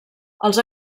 els